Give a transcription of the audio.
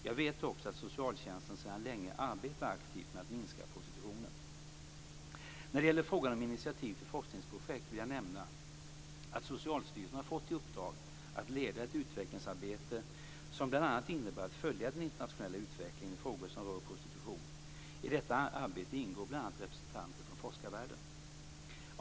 Jag vet också att socialtjänsten sedan länge arbetar aktivt med att minska prostitutionen. När det gäller frågan om initiativ till forskningsprojekt vill jag nämna att Socialstyrelsen har fått i uppdrag att leda ett utvecklingsarbete som bl.a. innebär att följa den internationella utvecklingen i frågor som rör prostitution. I detta arbete ingår bl.a. representanter från forskarvärlden.